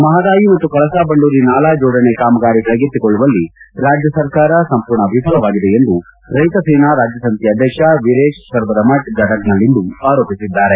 ಮಹದಾಯಿ ಮತ್ತು ಕಳಸಾ ಬಂಡೂರಿ ನಾಲಾ ಜೋಡಣೆ ಕಾಮಗಾರಿ ಕೈಗೆತ್ತಿಕೊಳ್ಳುವಲ್ಲಿ ರಾಜ್ಯ ಸರ್ಕಾರ ಸಂಪೂರ್ಣ ವಿಫಲವಾಗಿದೆ ಎಂದು ರೈತ ಸೇನಾ ರಾಜ್ಯ ಸಮಿತಿ ಅಧ್ಯಕ್ಷ ವೀರೇತ ಸೊಬರದಮಠ್ ಗದಗ್ ನಲ್ಲಿಂದು ಆರೋಪಿಸಿದ್ದಾರೆ